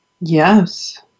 Yes